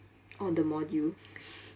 orh the module